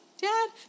Dad